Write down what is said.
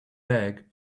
bag